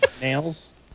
Nails